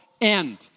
end